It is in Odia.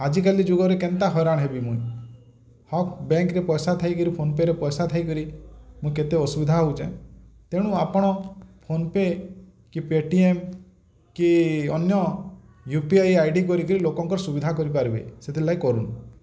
ଆଜିକାଲି ଯୁଗରେ କେନ୍ତା ହଇରାଣ ହେବି ମୁଇଁ ହକ୍ ବ୍ୟାଙ୍କରେ ପଇସା ଥାଇକରି ଫୋନ୍ ପେରେ ପଇସା ଥାଇକରି ମୁଁ କେତେ ଅସୁବିଧା ହଉଛେ ତେଣୁ ଆପଣ ଫୋନ୍ ପେ କି ପେଟିଏମ୍ କି ଅନ୍ୟ U P I I D କରିକି ଲୋକଙ୍କର ସୁବିଧା କରପାରିବେ ସେଥିଲାଗି କରୁନ୍